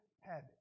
habit